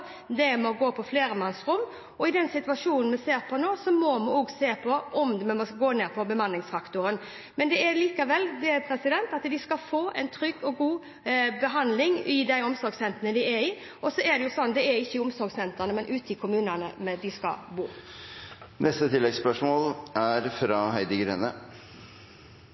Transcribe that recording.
det å bo på flermannsrom, og i den situasjonen vi er i nå, må vi også se på om vi skal gå ned på bemanningsfaktoren. De skal likevel få en trygg og god behandling i de omsorgssentrene de er i. Og så er det jo ikke i omsorgssentrene, men ute i kommunene de skal bo. Heidi Greni – til oppfølgingsspørsmål. Vi er